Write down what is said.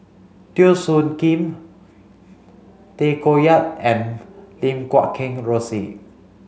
Teo Soon Kim Tay Koh Yat and Lim Guat Kheng Rosie